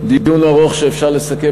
דיון ארוך שנדמה לי שאפשר לסכם,